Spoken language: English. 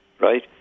right